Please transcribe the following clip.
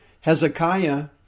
Hezekiah